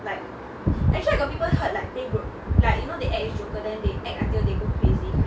are the eighth